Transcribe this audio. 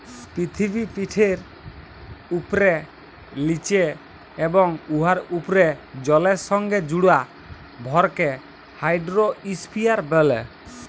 পিথিবীপিঠের উপ্রে, লিচে এবং উয়ার উপ্রে জলের সংগে জুড়া ভরকে হাইড্রইস্ফিয়ার ব্যলে